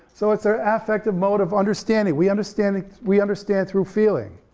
so it's a affective mode of understanding. we understand we understand through feeling,